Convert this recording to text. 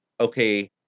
okay